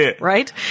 Right